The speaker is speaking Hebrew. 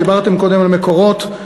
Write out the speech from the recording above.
דיברתם קודם על מקורות,